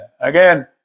Again